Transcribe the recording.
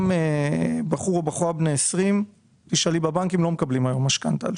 גם בחור או בחורה בני 20 לא מקבלים היום משכנתא על